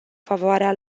favoarea